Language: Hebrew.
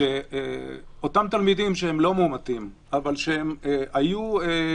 שאותם תלמידים שהם לא מאומתים אבל שהם נחשפו,